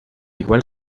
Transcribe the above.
igual